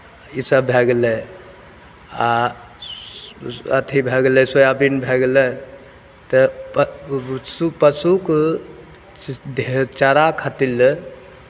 इसभ भए गेलै आ अथि भए गेलै सोयाबीन भए गेलै तऽ प प पशुक धे चारा खातिर लए